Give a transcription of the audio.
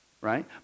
Right